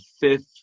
fifth